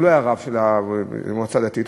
הוא לא היה רב של המועצה הדתית,